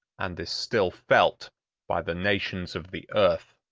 and is still felt by the nations of the earth.